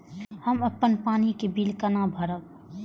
हम अपन पानी के बिल केना भरब?